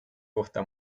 gusta